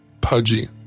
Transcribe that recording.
pudgy